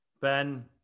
Ben